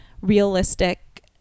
realistic